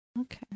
okay